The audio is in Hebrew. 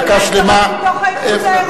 אני לא מבין על מדברים בכלל.